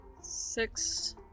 Six